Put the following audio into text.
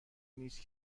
نیست